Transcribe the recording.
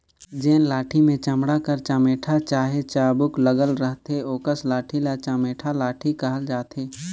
जेन लाठी मे चमड़ा कर चमेटा चहे चाबूक लगल रहथे ओकस लाठी ल चमेटा लाठी कहल जाथे